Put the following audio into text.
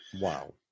Wow